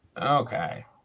okay